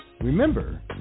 Remember